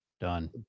Done